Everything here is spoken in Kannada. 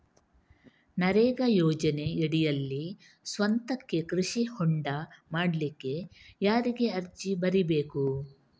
ನರೇಗಾ ಯೋಜನೆಯಡಿಯಲ್ಲಿ ಸ್ವಂತಕ್ಕೆ ಕೃಷಿ ಹೊಂಡ ಮಾಡ್ಲಿಕ್ಕೆ ಯಾರಿಗೆ ಅರ್ಜಿ ಬರಿಬೇಕು?